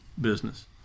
business